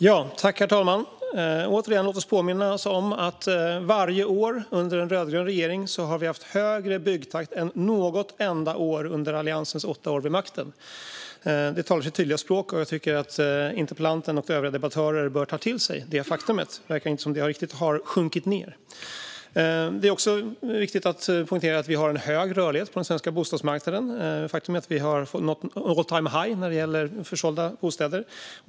Herr talman! Låt oss återigen påminna oss om att vi varje år under en rödgrön regering har haft högre byggtakt än under något enda år av Alliansens åtta år vid makten. Detta talar sitt tydliga språk, och jag tycker att interpellanten och övriga debattörer bör ta till sig detta faktum. Det verkar inte som att det riktigt har sjunkit in. Det är viktigt att poängtera att vi har en hög rörlighet på den svenska bostadsmarknaden. Faktum är att vi har nått all-time high när det gäller försålda bostäder.